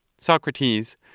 Socrates